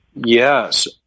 Yes